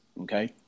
Okay